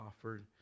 offered